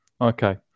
Okay